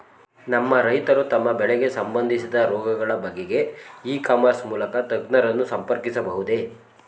ನಮ್ಮ ರೈತರು ತಮ್ಮ ಬೆಳೆಗೆ ಸಂಬಂದಿಸಿದ ರೋಗಗಳ ಬಗೆಗೆ ಇ ಕಾಮರ್ಸ್ ಮೂಲಕ ತಜ್ಞರನ್ನು ಸಂಪರ್ಕಿಸಬಹುದೇ?